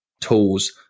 tools